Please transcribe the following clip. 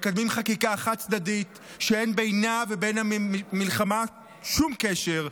מקדמים חקיקה חד-צדדית שאין בינה ובין המלחמה שום קשר,